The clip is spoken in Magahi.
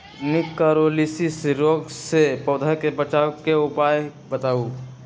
निककरोलीसिस रोग से पौधा के बचाव के उपाय बताऊ?